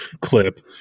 clip